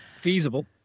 Feasible